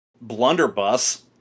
blunderbuss